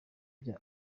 bya